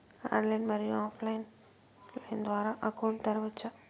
Online, మరియు offline line ద్వారా account తెరవచ్చా?